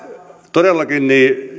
todellakin